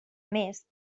més